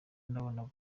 nabonaga